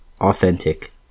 authentic